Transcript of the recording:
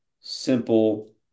simple